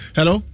Hello